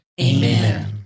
Amen